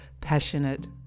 passionate